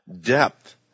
Depth